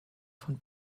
von